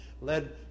led